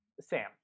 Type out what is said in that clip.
Sam